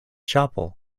ĉapo